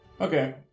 Okay